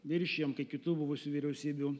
viršijom kai kitų buvusių vyriausybių